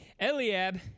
Eliab